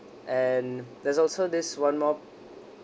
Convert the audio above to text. and there's also this one more